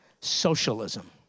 Socialism